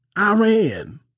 Iran